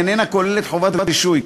ואינה כוללת חובת רישוי.